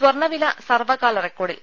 സ്വർണവില സർവ്വകാല റെക്കോഡിൽ